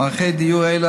מערכי דיור אלו,